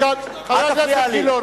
כבוד סגן, חבר הכנסת גילאון.